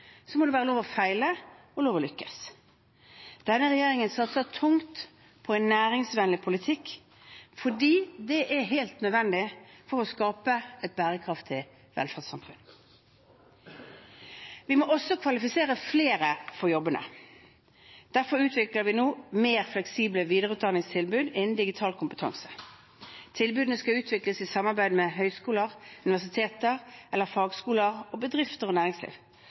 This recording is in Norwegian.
må det være lov å feile og lov å lykkes. Denne regjeringen satser tungt på en næringsvennlig politikk fordi det er helt nødvendig for å skape et bærekraftig velferdssamfunn. Vi må også kvalifisere flere for jobbene. Derfor utvikler vi nå mer fleksible videreutdanningstilbud innenfor digital kompetanse. Tilbudene skal utvikles i samarbeid med høyskoler, universiteter eller fagskoler, bedrifter og næringsliv